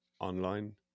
Online